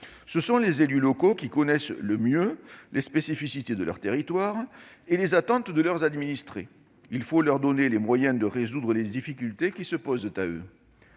Ce sont les élus locaux qui connaissent le mieux les spécificités de leur territoire et les attentes de leurs administrés. Il faut leur donner les moyens de résoudre les difficultés qui se posent à eux.